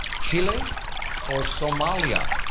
chile or somalia?